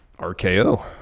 RKO